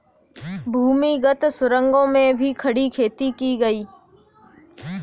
भूमिगत सुरंगों में भी खड़ी खेती की गई